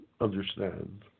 understand